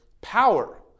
power